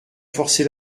forcé